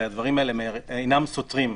הרי הדברים האלה אינם סותרים.